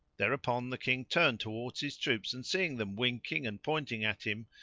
thereupon the king turned towards his troops and seeing them winking and pointing at him,